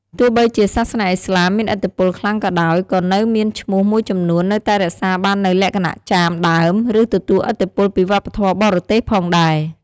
ទោះបីជាសាសនាឥស្លាមមានឥទ្ធិពលខ្លាំងក៏ដោយ ក៏នៅមានឈ្មោះមួយចំនួននៅតែរក្សាបាននូវលក្ខណៈចាមដើម ឬទទួលឥទ្ធិពលពីវប្បធម៌បរទេសផងដែរ។